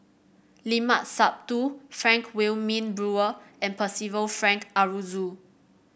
Limat Sabtu Frank Wilmin Brewer and Percival Frank Aroozoo